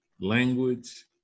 language